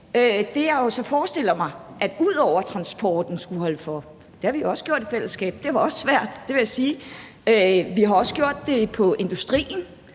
jeg så forestiller mig skal holde for: Ud over transporten, for det har vi jo også gjort i fællesskab, og det var også svært – det vil jeg sige – har vi også gjort det på industrien,